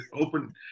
open